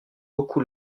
beaucoup